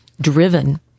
driven